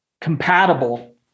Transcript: compatible